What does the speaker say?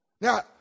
Now